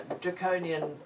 draconian